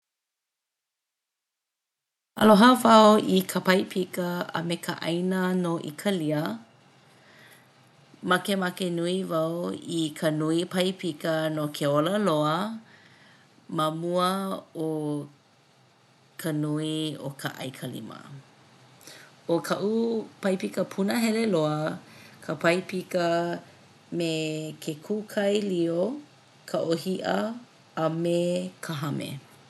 Aloha wau i ka pai pika a me ka ʻaina no Ikalia. Makemake nui wau i ka nui pai pika no ke ola loa ma mua o ka nui o ka ʻaikalima. ʻO kaʻu pai pika punahele loa ka pai pika me ke kūkaelio, ka ʻōhiʻa a me ka hame.